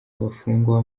bafungwa